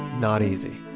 not easy.